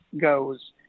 goes